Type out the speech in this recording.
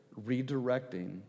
redirecting